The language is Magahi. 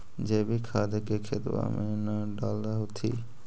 जैवीक खाद के खेतबा मे न डाल होथिं?